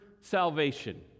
salvation